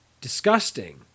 disgusting